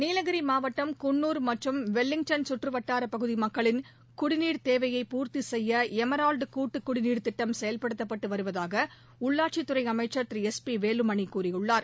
நீலகிரி மாவட்டம் குன்னூர் மற்றும் வெலிங்டன் சுற்று வட்டாரப் பகுதி மக்களின் குடிநீர் தேவையைப் பூர்த்தி செய்ய எமரால்டு கூட்டுக் குடிநீர் திட்டம் செயல்படுத்தப்பட்டு வருவதாக உள்ளாட்சித் துறை அமைச்சர் திரு எஸ் பி வேலுமணி கூறியுள்ளார்